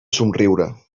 somriure